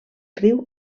riu